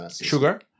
sugar